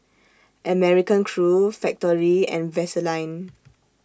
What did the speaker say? American Crew Factorie and Vaseline